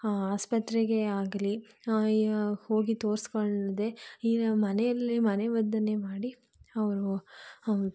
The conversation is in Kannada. ಆಸ್ಪತ್ರೆಗೆ ಆಗಲಿ ಹೋಗಿ ತೋರಿಸ್ಕೊಳ್ದೆ ಈ ಮನೆಯಲ್ಲಿ ಮನೆಮದ್ದನ್ನೇ ಮಾಡಿ ಅವರು ಅವ